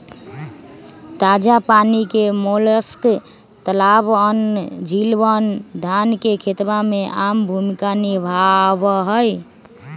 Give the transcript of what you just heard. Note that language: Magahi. ताजा पानी के मोलस्क तालाबअन, झीलवन, धान के खेतवा में आम भूमिका निभावा हई